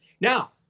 Now